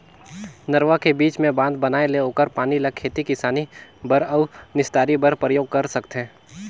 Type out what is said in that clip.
नरूवा के बीच मे बांध बनाये ले ओखर पानी ल खेती किसानी बर अउ निस्तारी बर परयोग कर सकथें